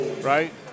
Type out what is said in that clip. right